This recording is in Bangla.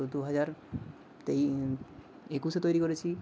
তো দুহাজার তেই একুশে তৈরি করেছি